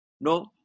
No